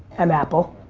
and apple,